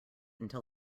until